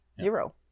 Zero